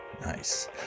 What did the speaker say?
Nice